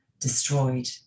destroyed